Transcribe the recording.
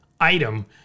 item